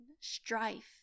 strife